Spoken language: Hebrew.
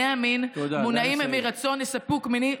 נא לסיים.